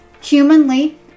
humanly